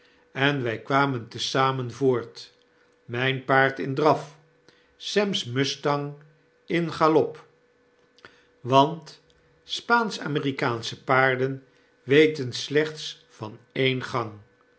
en wy kwamen te zamen voort myn paard in draf sem's mustang in galop want spaanschamerikaansche paarden weten slechts van een gang